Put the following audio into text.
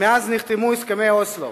מאז נחתמו הסכמי אוסלו,